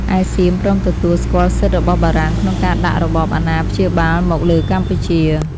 ឯសៀមព្រមទទួល ស្គាល់សិទ្ធិរបស់បារាំងក្នុងការដាក់របបអាណាព្យាបាលមក លើកម្ពុជា។